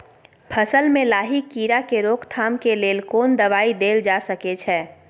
फसल में लाही कीरा के रोकथाम के लेल कोन दवाई देल जा सके छै?